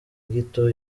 gito